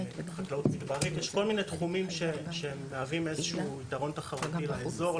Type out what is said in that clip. יש כל מיני תחומים שהם מהווים איזשהו יתרון תחרותי לאזור,